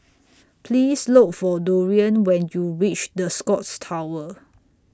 Please Look For Dorian when YOU REACH The Scotts Tower